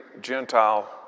Gentile